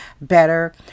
better